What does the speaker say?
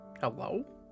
Hello